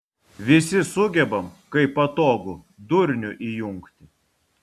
visi sugebam kai patogu durnių įjungti